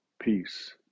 Peace